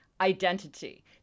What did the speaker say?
identity